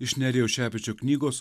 iš nerijaus šepečio knygos